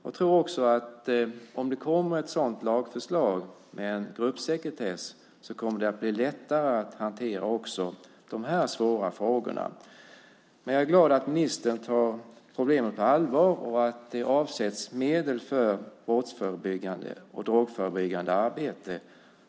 Om det kommer ett lagförslag om en gruppsekretess så kommer det också att bli lättare att hantera dessa svåra frågor. Jag är glad att ministern tar problemen på allvar och att det avsätts medel för brotts och drogförebyggande arbete.